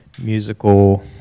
musical